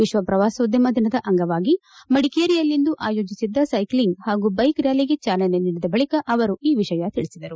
ವಿಶ್ವಪ್ರವಾಸೋದ್ಯಮ ದಿನದ ಅಂಗವಾಗಿ ಮಡಿಕೇರಿಯಲ್ಲಿಂದು ಆಯೋಜಿಸಿದ್ದ ಸೈಕಲಿಂಗ್ ಹಾಗೂ ಬೈಕ್ ರ್ಕಾಲಿಗೆ ಚಾಲನೆ ನೀಡಿದ ಬಳಿಕ ಅವರು ಈ ವಿಷಯ ತಿಳಿಸಿದರು